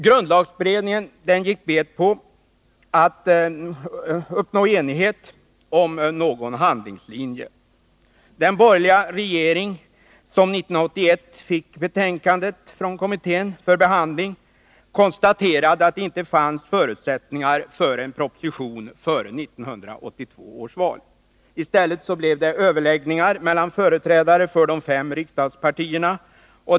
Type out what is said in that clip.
Grundlagberedningen gick bet på att uppnå enighet om någon handlingslinje. Den borgerliga regering som 1981 fick betänkandet från kommittén för behandling konstaterade att det inte fanns förutsättningar för proposition före 1982 års val. I stället blev det överläggningar mellan företrädare för de fem riksdagspartierna.